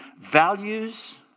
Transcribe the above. values